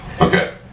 Okay